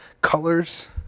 colors